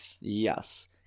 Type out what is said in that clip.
yes